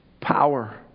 power